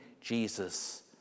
Jesus